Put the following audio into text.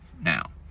now